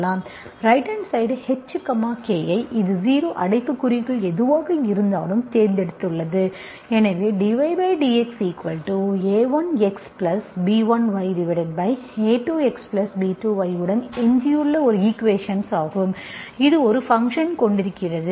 right hand side h k ஐ இது 0 அடைப்புக்குறிக்குள் எதுவாக இருந்தாலும் தேர்ந்தெடுத்துள்ளது எனவே dYdXa1Xb1Ya2Xb2Y உடன் எஞ்சியுள்ள ஒரு ஈக்குவேஷன்ஸ் ஆகும் இது ஒரு ஃபங்சன் கொண்டிருக்கிறது